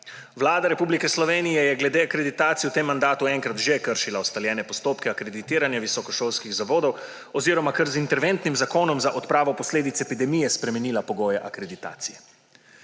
Vlada Republike Slovenije je glede akreditacij v tem mandatu enkrat že kršila ustaljene postopke akreditiranja visokošolskih zavodovo oziroma kar z interventnim zakonom za odpravo posledic epidemije spremenila pogoje akreditacij.